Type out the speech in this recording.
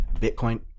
Bitcoin